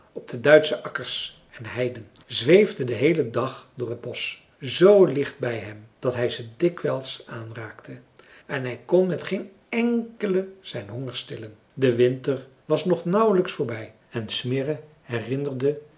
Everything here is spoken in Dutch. op de duitsche akkers en heiden zweefden den heelen dag door het bosch z dicht bij hem dat hij ze dikwijls aanraakte en hij kon met geen enkele zijn honger stillen de winter was nog nauwlijks voorbij en smirre herinnerde